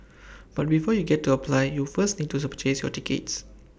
but before you get to apply you first need to sir purchase your tickets